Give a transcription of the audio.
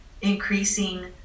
increasing